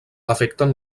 afecten